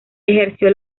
ejerció